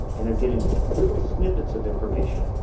and they're getting little snippets of information.